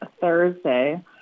Thursday